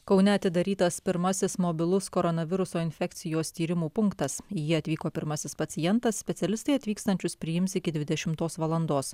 kaune atidarytas pirmasis mobilus koronaviruso infekcijos tyrimų punktas į jį atvyko pirmasis pacientas specialistai atvykstančius priims iki dvidešimtos valandos